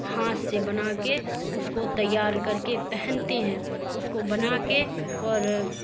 ہاتھ سے بنا کے اس کو تیار کر کے پہنتے ہیں اس کو بنا کے اور